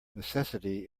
necessity